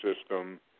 system